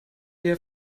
eher